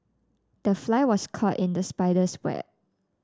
the fly was caught in the spider's web